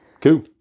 Cool